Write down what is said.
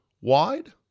wide